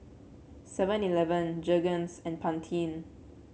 Seven Eleven Jergens and Pantene